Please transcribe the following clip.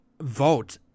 vote